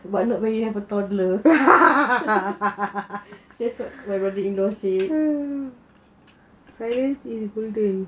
but not when you have a toddler that's what everybody will say